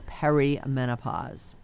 perimenopause